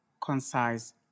concise